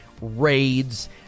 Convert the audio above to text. raids